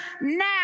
now